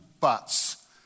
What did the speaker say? buts